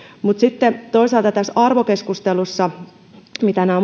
mutta sitten toisaalta on tämä arvokeskustelu että mitä nämä